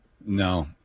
no